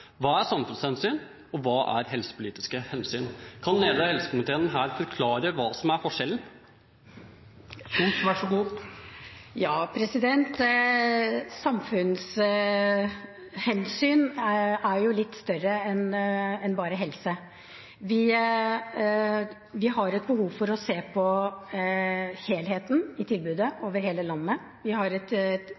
Hva er samfunnshensyn, og hva er helsepolitiske hensyn? Kan lederen av helsekomiteen her forklare hva som er forskjellen? Samfunnshensyn er jo litt større enn bare helse. Vi har et behov for å se på helheten i tilbudet over hele landet, vi har et behov for å se på kompetanse, på resultater, og det er et